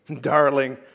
Darling